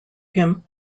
him